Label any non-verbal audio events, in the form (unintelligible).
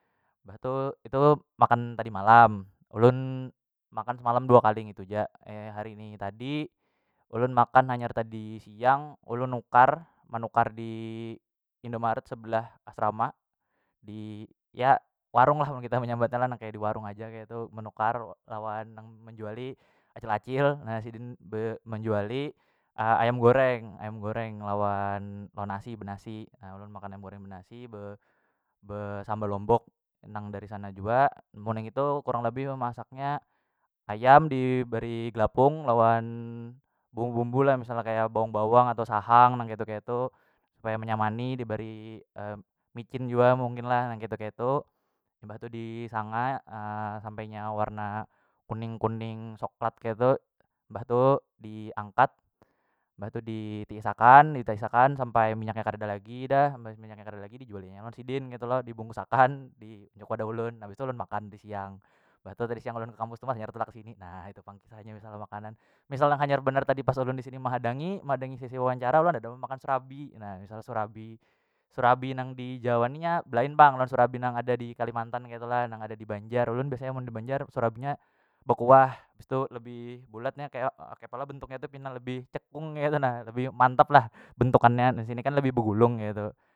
Mbah tu itu makan tadi malam ulun makan semalam dua kali ngitu aja (hesitation) hari ini tadi ulun makan hanyar tadi siang ulun nukar menukar di indomaret sebelah asrama. Di ya warung lah kita mennyambatnya (unintelligible) di warung aja keitu menukar lawan menjuali acil- acil na sidin be menjuali ayam goreng- ayam goreng lawan nasi benasi (hesitation) ulun makan ayam goreng benasi besambal lombok nang dari sana jua mun nang itu kurang lebih memasaknya ayam dibari gelapung lawan bumbu- bumbu lah misalnya kaya bawang- bawang atau sahang nang ketu- ketu supaya menyamani diberi micin jua mungkin lah nang ketu- ketu mbah tu disanga (hesitation) sampai nya warna kuning- kuning soklat ketu mbah tu diangkat mbah tu ditiris akan ditiris akan sampai minyak nya kadada lagi dah minyaknya kadada lagi dijualinya lawan sidin ketu lo di bungkus akan diunjuk lawan ulun habis tu ulun makan tadi siang mbah tu tadi siang ulun ke kampus tu hanyar tulak kesini na itu pang kisahnya misal makanan misalnya hanyar benar tadi pas ulun disini mehadangi mehadangi sesi wawancara ulun kadada makan serabi na misal serabi serabi nang di jawa ni nya belain pang lawan serabi nang ada di kalimantan ketu lah nang ada di banjar ulun biasanya mun di banjar serab nya bekuah bistu lebih bulat kaya kiapa lah bentuknya tu pina lebih cekung ketu na tapi mantap lah bentukannya na mun disini kan lebih begulung keitu.